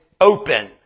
open